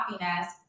happiness